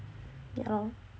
yah